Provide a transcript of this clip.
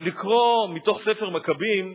לקרוא מתוך "ספר מקבים"